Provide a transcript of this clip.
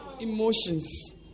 Emotions